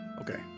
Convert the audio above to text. okay